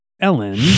Ellen